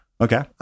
Okay